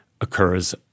occurs